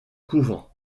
couvent